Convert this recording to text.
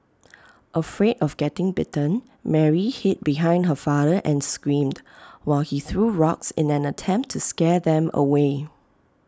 afraid of getting bitten Mary hid behind her father and screamed while he threw rocks in an attempt to scare them away